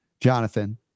Jonathan